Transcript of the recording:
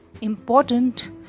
important